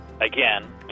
again